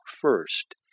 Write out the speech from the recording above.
first